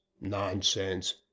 Nonsense